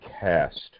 cast